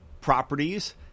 properties